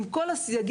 עם כל הסייגים.